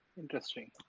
Interesting